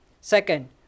Second